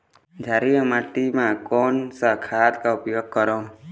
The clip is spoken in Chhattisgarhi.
क्षारीय माटी मा कोन सा खाद का उपयोग करों?